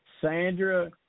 Sandra